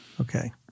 okay